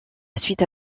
suite